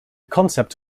concept